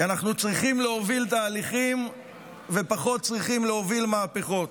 כי אנחנו צריכים להוביל תהליכים ופחות צריכים להוביל מהפכות.